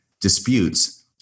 disputes